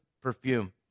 perfume